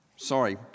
Sorry